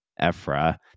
Ephra